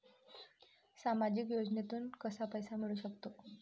सामाजिक योजनेतून कसा पैसा मिळू सकतो?